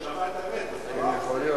הוא שמע את האמת אז יכול להיות.